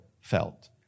felt